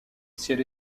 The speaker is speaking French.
ciel